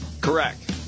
Correct